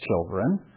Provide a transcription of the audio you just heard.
children